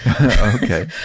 Okay